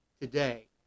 today